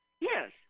Yes